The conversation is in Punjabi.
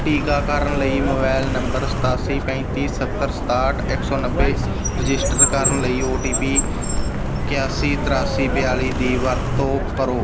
ਟੀਕਾਕਰਨ ਲਈ ਮੋਬਾਈਲ ਨੰਬਰ ਸਤਾਸੀ ਪੈਂਤੀ ਸੱਤਰ ਸਤਾਹਠ ਇੱਕ ਨੌਂ ਨੱਬੇ ਰਜਿਸਟਰ ਕਰਨ ਲਈ ਓ ਟੀ ਪੀ ਇਕਾਸੀ ਤਰਿਆਸੀ ਬਿਆਲੀ ਦੀ ਵਰਤੋਂ ਕਰੋ